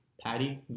patty